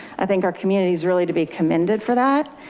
i think our community is really to be commended for that.